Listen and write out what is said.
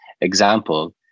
example